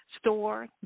store